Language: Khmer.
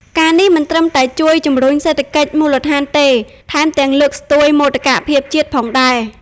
ការណ៍នេះមិនត្រឹមតែជួយជំរុញសេដ្ឋកិច្ចមូលដ្ឋានទេ ថែមទាំងលើកស្ទួយមោទកភាពជាតិផងដែរ។